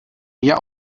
mir